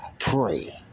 Pray